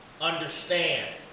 understand